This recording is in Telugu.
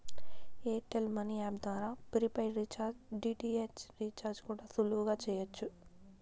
ఎయిర్ టెల్ మనీ యాప్ ద్వారా ప్రిపైడ్ రీఛార్జ్, డి.టి.ఏచ్ రీఛార్జ్ కూడా సులువుగా చెయ్యచ్చు